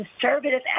conservative